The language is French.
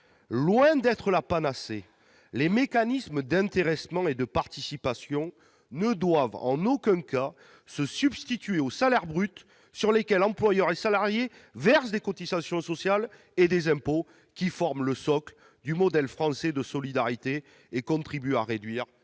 Loin d'être la panacée, les mécanismes d'intéressement et de participation ne doivent en aucun cas se substituer au salaire brut, sur lesquels employeurs et salariés versent des cotisations sociales et des impôts qui forment le socle du modèle français de solidarité et contribuent à réduire les